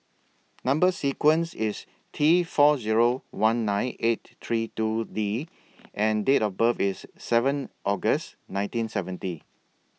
Number sequence IS T four Zero one nine eight three two D and Date of birth IS seven August nineteen seventy